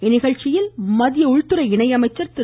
இந்நிகழ்ச்சியில் மத்திய உள்துறை இணை அமைச்சர் திரு